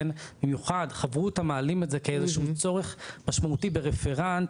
במיוחד חברותא שמעלים את זה כאיזה שהוא צורך משמעותי ברפרנט